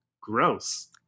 Gross